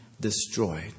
destroyed